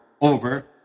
over